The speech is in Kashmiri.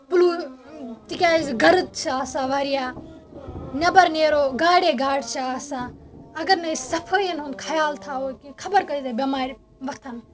پُلوٗ تِکیٛازِ گرٕد چھِ آسان واریاہ نٮ۪بر نیرو گاڑے گاڑِ چھِ آسان اگر نہٕ أسۍ صفٲیَن ہُنٛد خیال تھاوَو کیٚنہہ خبر کۭتیٛاہ بٮ۪مارِ وۄتھَن